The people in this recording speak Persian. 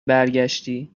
برگشتی